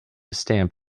stamp